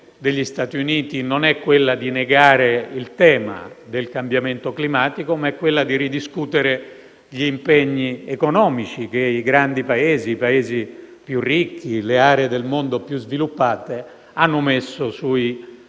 degli Stati Uniti non è quella di negare il tema del cambiamento climatico, ma è quella di ridiscutere gli impegni economici che i grandi Paesi, i Paesi più ricchi e le aree del mondo più sviluppate, hanno messo sui